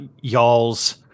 y'all's